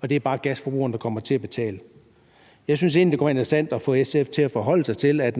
Og det er bare gasforbrugerne, der kommer til at betale. Jeg synes egentlig, det kunne være interessant at få SF til at forholde sig til, at